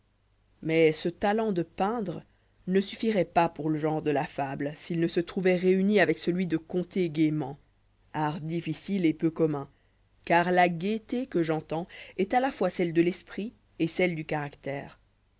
mais ce talent de peindre ne suffirait pas pour le genre de la fable s'il ne se trouvoit réuni avec celui de conter gaiement art difficile et peu commun car la gaieté que j'entends est à la fois celle de l'esprit et celle du caractère